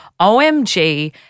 OMG